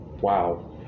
Wow